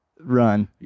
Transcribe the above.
Run